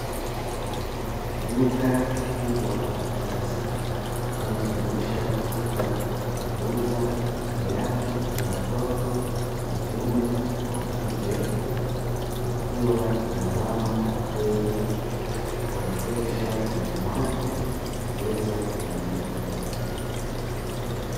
Duka kubwa la kisasa na linalojishughulisha katika kuuza viatu vya watoto wakiume na wakike likiwa na alama ya bei kuwanogesha wanunuaji kuweza kununua.